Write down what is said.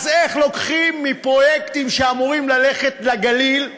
אז איך לוקחים מפרויקטים שאמורים ללכת לגליל,